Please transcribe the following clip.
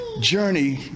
journey